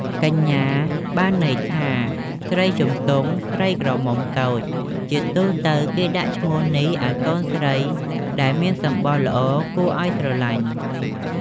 កញ្ញា បានន័យថា ស្រីជំទង់ ស្រីក្រមុំតូច។ ជាទូទៅគេដាក់ឈ្មោះនេះឲ្យកូនស្រីដែលមាន សម្បុរល្អគួរឲ្យស្រឡាញ់។